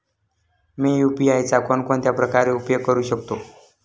मी UPI चा कोणकोणत्या प्रकारे उपयोग करू शकतो?